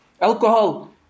Alcohol